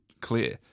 clear